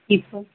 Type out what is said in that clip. hip